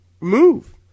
move